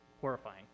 horrifying